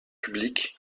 public